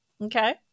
Okay